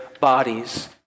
bodies